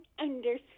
understand